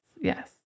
yes